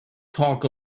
talk